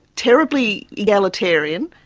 terribly egalitarian,